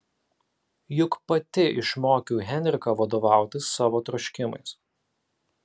juk pati išmokiau henriką vadovautis savo troškimais